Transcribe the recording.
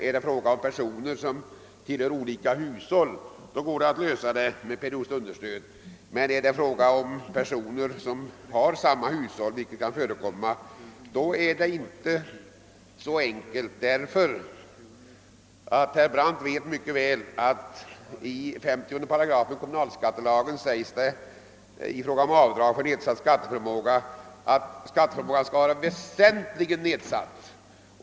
Är det fråga om personer som tillhör olika hushåll går det att lösa frågan genom avdrag för periodiskt understöd, men rör det sig om personer inom samma hushåll, vilket kan förekomma, är det inte så enkelt. Herr Brandt vet mycket väl att det i 50 § kommunalskattelagen står i fråga om avdrag för nedsatt skatteförmåga att denna skall vara väsentligt nedsatt.